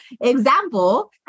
Example